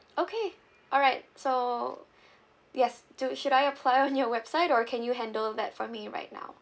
okay alright so yes do should I apply on your website or can you handle that for me right now